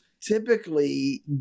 typically